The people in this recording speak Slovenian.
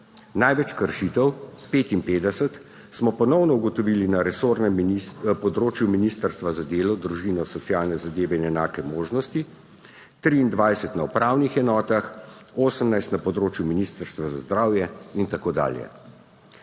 Največ kršitev, 55, smo ponovno ugotovili na resornem področju Ministrstva za delo, družino, socialne zadeve in enake možnosti, 23 na upravnih enotah, 18 na področju Ministrstva za zdravje in tako dalje.